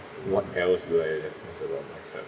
what else do I like a lot of myself